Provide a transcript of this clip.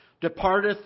departeth